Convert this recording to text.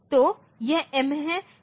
तो यह M है